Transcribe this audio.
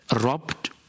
robbed